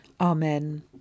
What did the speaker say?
Amen